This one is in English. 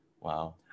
Wow